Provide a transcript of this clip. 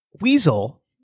Weasel